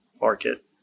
market